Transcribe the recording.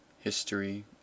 history